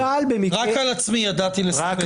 רק על עצמי ידעתי לספר...